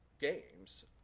games